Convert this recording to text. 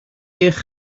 eich